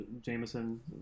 Jameson